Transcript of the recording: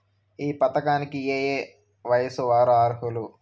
ఈ పథకానికి ఏయే వయస్సు వారు అర్హులు?